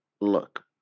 look